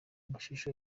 amashusho